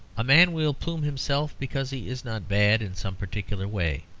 a man will plume himself because he is not bad in some particular way,